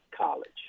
college